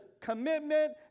commitment